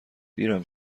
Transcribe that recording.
دیرم